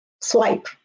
swipe